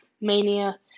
Mania